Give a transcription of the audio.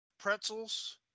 pretzels